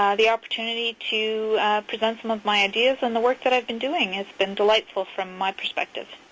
um the opportunity to present some of my ideas on the work that i've been doing. it's been delightful from my perspective.